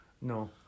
No